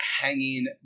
hanging